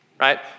right